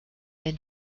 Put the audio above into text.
wenn